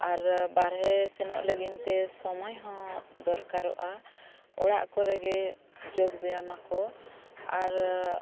ᱟᱨ ᱵᱟᱦᱨᱮ ᱥᱮᱱᱚᱜ ᱞᱟᱹᱜᱤᱫᱼᱛᱮ ᱥᱚᱢᱚᱭ ᱦᱚᱸ ᱫᱚᱨᱠᱟᱨᱚᱜᱼᱟ ᱚᱲᱟᱜ ᱠᱚᱨᱮᱜᱮ ᱡᱳᱜᱽ ᱵᱮᱭᱟᱢ ᱟᱠᱚ ᱟᱨ